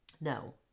No